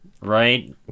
Right